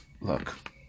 look